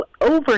over